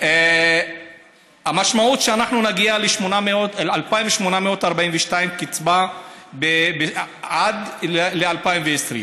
המשמעות היא שאנחנו נגיע אל 2,842 קצבה עד ל-2020,